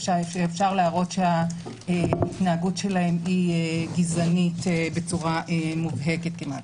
אפשר להראות שההתנהגות שלהם היא גזענית בצורה מובהקת כמעט.